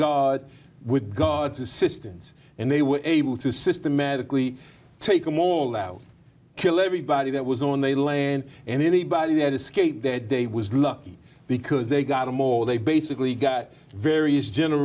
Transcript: god with god's assistance and they were able to systematically take them all out kill everybody that was on the land and anybody that escaped that day was lucky because they got them or they basically got various general